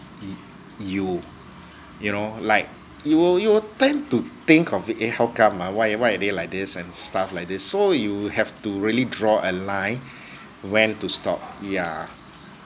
ye~ you you know like you will you will tend to think of it eh how come ah why why are they like this and stuff like this so you have to really draw a line when to stop yeah